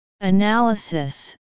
Analysis